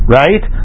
right